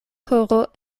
horo